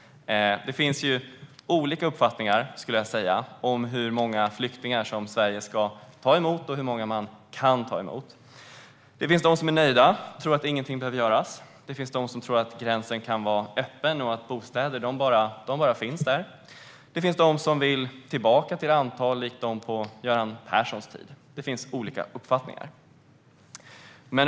Det finns olika uppfattningar om hur många flyktingar Sverige ska och kan ta emot. Det finns de som är nöjda och tror att inget behöver göras. Det finns de som tror att gränsen kan vara öppen och att bostäder bara finns. Det finns de som vill tillbaka till det antal som var på Göran Perssons tid. Det finns som sagt olika uppfattningar.